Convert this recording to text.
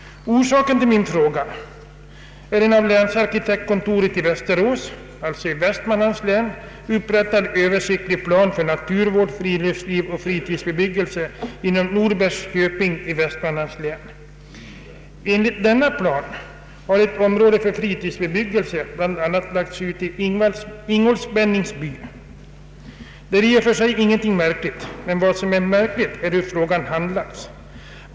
Orsaken till min fråga är en av länsarkitektkontoret i Västerås upprättad översiktlig plan för naturvård, friluftsliv och fritidsbebyggelse inom Norbergs köping i Västmanlands län. Enligt denna plan har ett område för fritidsbebyggelse bl.a. lagts ut i Ingolsbennings by. Detta är i och för sig ingenting märkligt. Vad som är märkligt är hur frågan handlagts.